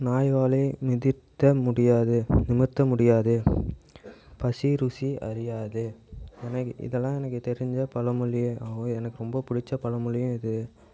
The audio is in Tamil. நாய் வாலை நிமிர்த்த முடியாது நிமிர்த்த முடியாது பசி ருசி அறியாது இதனை இதெல்லாம் எனக்கு தெரிந்த பழமொழி ஆகும் எனக்கு ரொம்ப பிடிச்ச பழமொழியும் இது